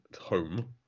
home